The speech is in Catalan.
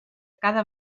cada